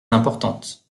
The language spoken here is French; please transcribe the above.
importante